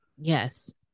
Yes